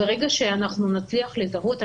ברגע שאנחנו נצליח לזהות,